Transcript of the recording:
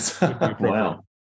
Wow